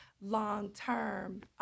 long-term